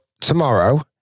tomorrow